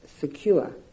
secure